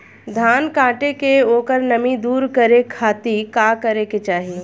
धान कांटेके ओकर नमी दूर करे खाती का करे के चाही?